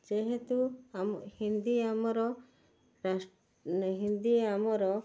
ଯେହେତୁ ହିନ୍ଦୀ ଆମର ହିନ୍ଦୀ ଆମର